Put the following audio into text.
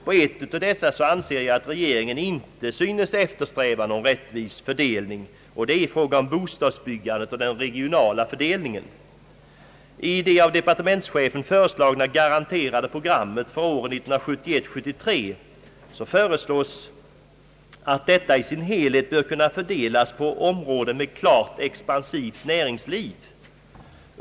På ett område anser jag att regeringen inte synes eftersträva en rättvis fördelning. Det är i fråga om den regionala fördelningen av bostadsbyggandet. I det av departementschefen föreslagna garanterade programmet för åren 1971—1973 föreslås, att detta i sin helhet bör kunna fördelas på områden med klart expansivt näringsliv.